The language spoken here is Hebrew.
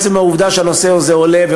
עצם העובדה שהנושא הזה עולה,